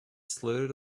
slithered